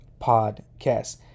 podcast